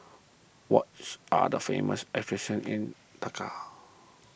are the famous attractions in Dakar